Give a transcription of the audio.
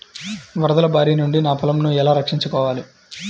వరదల భారి నుండి నా పొలంను ఎలా రక్షించుకోవాలి?